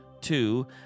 Two